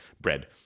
bread